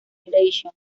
generation